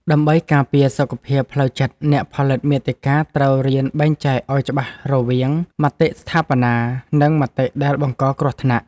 ដើម្បីការពារសុខភាពផ្លូវចិត្ត អ្នកផលិតមាតិកាត្រូវរៀនបែងចែកឱ្យច្បាស់រវាង មតិស្ថាបនា និង មតិដែលបង្កគ្រោះថ្នាក់។